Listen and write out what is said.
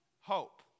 hope